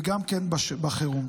וגם בחירום.